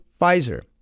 Pfizer